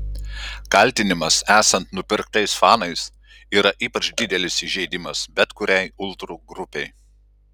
kaltinimas esant nupirktais fanais yra ypač didelis įžeidimas bet kuriai ultrų grupei